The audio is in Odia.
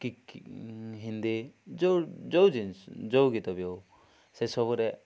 କି ହିନ୍ଦୀ ଯେଉଁ ଯେଉଁ ଜିନିଷ ଯେଉଁ ଗୀତ ବି ହେଉ ସେସବୁରେ